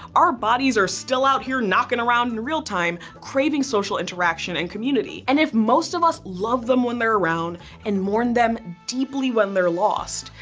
our bodies are still out here knocking around in real time, craving social interaction and community. and if most of us love them when they're around and mourn them deeply when they're lost,